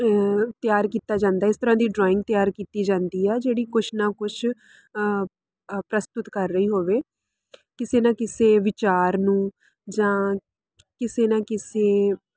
ਤਿਆਰ ਕੀਤਾ ਜਾਂਦਾ ਇਸ ਤਰ੍ਹਾਂ ਦੀ ਡਰਾਇੰਗ ਤਿਆਰ ਕੀਤੀ ਜਾਂਦੀ ਆ ਜਿਹੜੀ ਕੁਛ ਨਾ ਕੁਛ ਪ੍ਰਸਤੁਤ ਕਰ ਰਹੀ ਹੋਵੇ ਕਿਸੇ ਨਾ ਕਿਸੇ ਵਿਚਾਰ ਨੂੰ ਜਾਂ ਕਿਸੇ ਨਾ ਕਿਸੇ